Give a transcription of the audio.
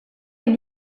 est